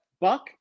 buck